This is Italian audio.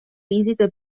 visite